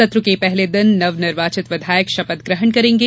सत्र के पहले दिन नवनिर्वाचित विधायक शपथ ग्रहण करेंगे